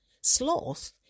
Sloth